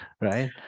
right